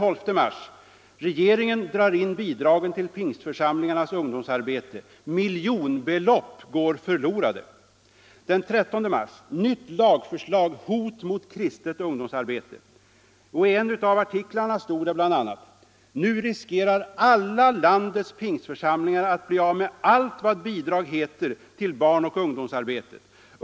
Och i en av artiklarna stod det bl.a.: ”Nu riskerar alla landets pingstförsamlingar att bli av med allt vad bidrag heter till barnoch ungdomsarbetet.